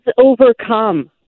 overcome